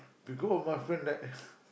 because of my friend let